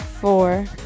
four